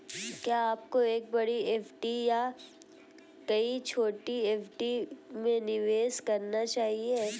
क्या आपको एक बड़ी एफ.डी या कई छोटी एफ.डी में निवेश करना चाहिए?